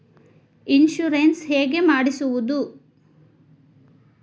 Insurance ಹೇಗೆ ಮಾಡಿಸುವುದು?